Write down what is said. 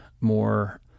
more